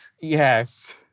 Yes